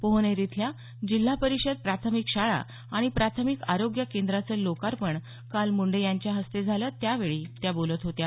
पोहनेर इथल्या जिल्हा परिषद प्राथमिक शाळा आणि प्राथमिक आरोग्य केंद्राचं लोकार्पण काल मुंडे यांच्या हस्ते झालं त्यावेळी त्या बोलत होत्या